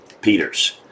Peters